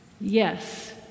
Yes